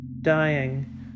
dying